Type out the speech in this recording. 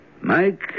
Mike